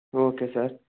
okay sir